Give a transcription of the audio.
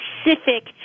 specific